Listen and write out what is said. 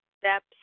steps